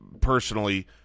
personally